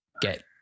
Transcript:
get